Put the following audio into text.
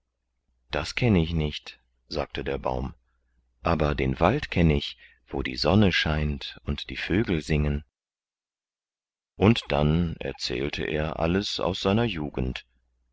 das kenne ich nicht sagte der baum aber den wald kenne ich wo die sonne scheint und die vögel singen und dann erzählte er alles aus seiner jugend